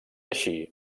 així